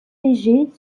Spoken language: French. légers